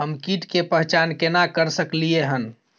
हम कीट के पहचान केना कर सकलियै हन?